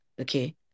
okay